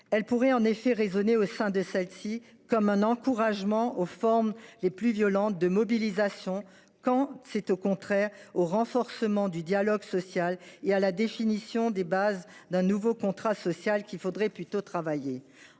Elles pourraient en effet résonner chez nos concitoyens comme un encouragement aux formes les plus violentes de mobilisation, alors que c’est au renforcement du dialogue social et à la définition des bases d’un nouveau contrat social qu’il faudrait travailler.